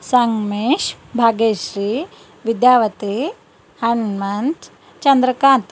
Sangamesh Bhagyashree Vidyavati Hanumanth Chandrakant